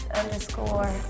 underscore